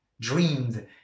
dreamed